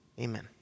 Amen